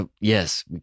Yes